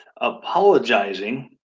apologizing